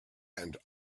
and